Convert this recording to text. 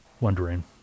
wondering